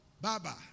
Baba